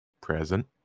present